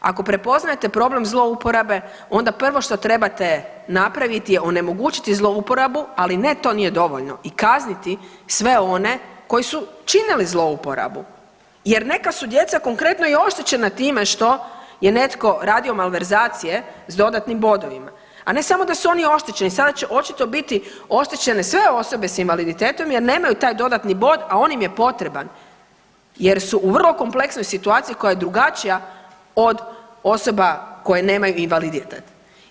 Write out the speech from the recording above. Ako prepoznajete problem zlouporabe onda prvo što trebate napraviti je onemogućiti zlouporabu, ali ne to nije dovoljno i kazniti sve one koji su činili zlouporabu jer neka su djeca konkretno i oštećena time što je netko radio malverzacije s dodatnim bodovima, a ne samo da su oni oštećeni sada će očito biti oštećene sve osobe s invaliditetom jer nemaju taj dodatni bod, a on im je potreban jer su u vrlo kompleksnoj situaciji koja je drugačija od osoba koje nemaju invaliditet.